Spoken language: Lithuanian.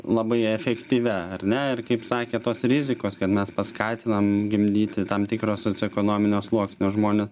labai efektyvia ar ne ir kaip sakė tos rizikos kad mes paskatinam gimdyti tam tikro socioekonominio sluoksnio žmones